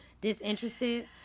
disinterested